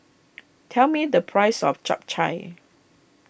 tell me the price of Chap Chai